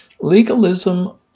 Legalism